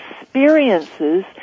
experiences